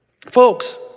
folks